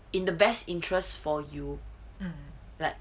in the best interest for you like